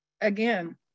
again